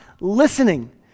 listening